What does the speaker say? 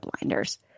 blinders